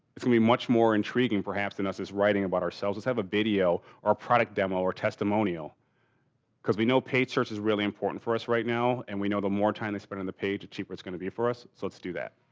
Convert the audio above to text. it's gonna be much more intriguing perhaps than us just writing about ourselves. let's have a video or a product demo, or testimonial because we know paid search is really important for us right now and we know the more time they spend on the page the cheaper it's gonna be for us. so, let's do that.